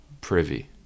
privy